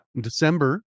December